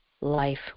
life